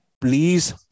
please